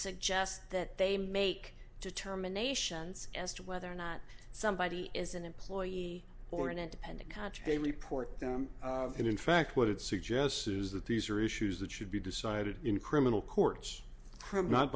suggest that they make determinations as to whether or not somebody is an employee or an independent contractor report them and in fact what it suggests is that these are issues that should be decided in criminal courts not